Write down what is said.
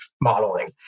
modeling